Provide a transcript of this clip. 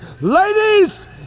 Ladies